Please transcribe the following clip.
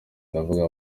ndavuga